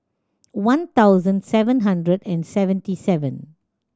one thousand seven hundred and seventy seven